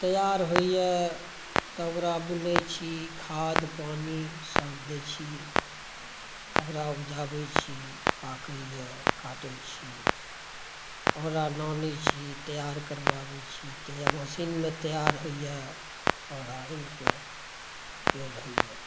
तैआर होइया तकरा बुनै छी खाद पानीसभ दै छी ओकरा उपजाबै छी पाक़ैया काटै छी ओकरा लाबै छी तैआर करबाबै मशीनमे तैआर होइया ओकरा आनिक फेर रहैया